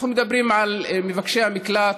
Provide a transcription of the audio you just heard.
אנחנו מדברים על מבקשי המקלט,